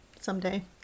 Someday